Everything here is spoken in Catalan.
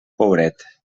pobret